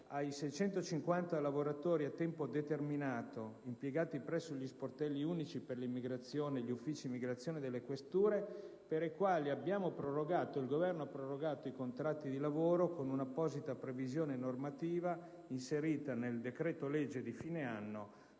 ai 650 lavoratori a tempo determinato impiegati presso gli sportelli unici per l'immigrazione e gli uffici immigrazione delle questure, per i quali il Governo ha prorogato i contratti di lavoro mediante una apposita previsione normativa inserita nel decreto-legge di fine anno